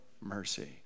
mercy